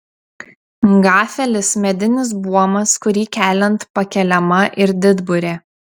gafelis medinis buomas kurį keliant pakeliama ir didburė